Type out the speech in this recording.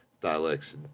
dialects